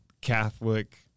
Catholic